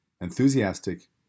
enthusiastic